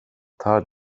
tar